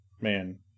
Man